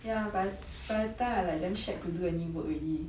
ya but by that time I like damn shag to do any work already